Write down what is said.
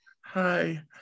Hi